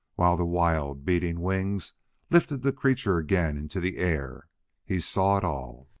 while the wild, beating wings lifted the creature again into the air he saw it all.